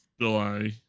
July